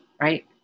right